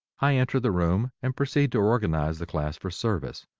i enter the room and proceed to organize the class for service,